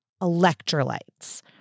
electrolytes